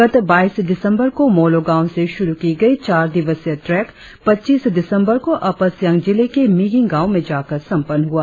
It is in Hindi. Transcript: गत बाईस दिसंबर को मोलो गांव से शुरु की गई चार दिवसीय ट्रेक पच्चीस दिसंबर को अपर सियांग जिले के मिगिंग गांव में जाकर संपन्न हुआ